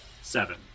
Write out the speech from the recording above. seven